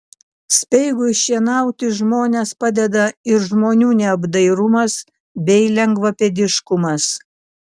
speigui šienauti žmones padeda ir žmonių neapdairumas bei lengvapėdiškumas